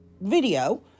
video